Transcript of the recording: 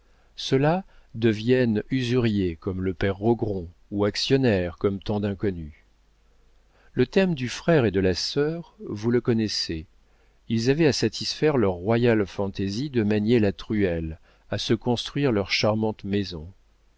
ceux-là deviennent usuriers comme le père rogron ou actionnaires comme tant d'inconnus le thème du frère et de la sœur vous le connaissez ils avaient à satisfaire leur royale fantaisie de manier la truelle à se construire leur charmante maison